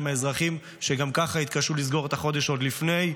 עם האזרחים שגם ככה התקשו לסגור את החודש עוד לפני כן.